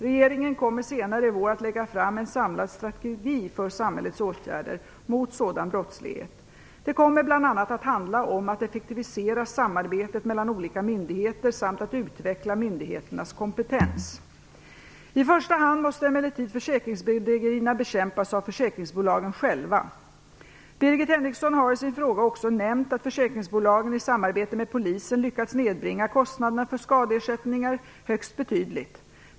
Regeringen kommer senare i vår att lägga fram en samlad strategi för samhällets åtgärder mot sådan brottslighet. Det kommer bl.a. att handla om att effektivisera samarbetet mellan olika myndigheter samt att utveckla myndigheternas kompetens. I första hand måste emellertid försäkringsbedrägerierna bekämpas av försäkringsbolagen själva. Birgit Henriksson har i sin fråga också nämnt att försäkringsbolagen i samarbete med polisen lyckats nedbringa kostnaderna för skadeersättningar högst betydligt.